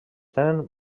tenen